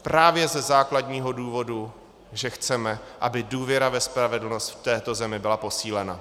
Právě ze základního důvodu, že chceme, aby důvěra ve spravedlnost v této zemi byla posílena.